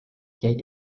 jäid